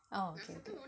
oh okay